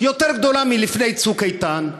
יותר גדולה מאשר לפני "צוק איתן".